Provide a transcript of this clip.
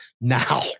now